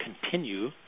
continue